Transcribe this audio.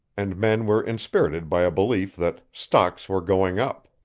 and men were inspirited by a belief that stocks were going up.